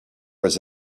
was